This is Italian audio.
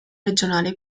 regionale